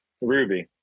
Ruby